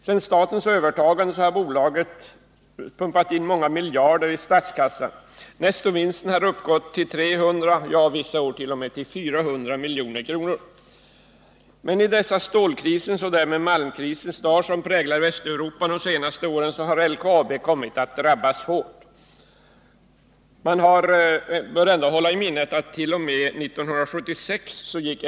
Sedan statens övertagande har bolaget pumpat in många miljarder till statskassan, och nettovinsten har uppgått till 300 miljoner, ja, ibland även till 400 miljoner per år. Men i den stålkris och därmed malmkris som präglat Västeuropa de senaste åren har också LKAB kommit att drabbas hårt. Men ända fram t. 0. m. 1976 gick LKAB med vinst.